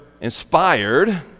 inspired